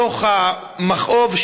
בתוך המכאוב,